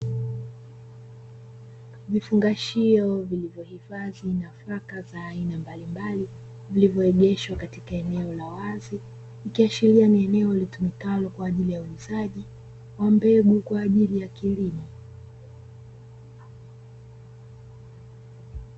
Vifungashio vilivyohifadhi mifuko ya aina mbalimbali vilivyoegeshwa katika eneo la wazi, ikiashiria ni eneo litumikalo kwa ajili ya uuzaji wa mbegu kwa ajili ya kilimo.